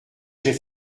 j’ai